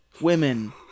women